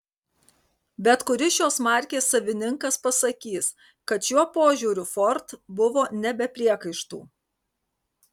bet kuris šios markės savininkas pasakys kad šiuo požiūriu ford buvo ne be priekaištų